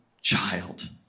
child